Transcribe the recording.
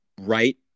right